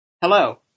Hello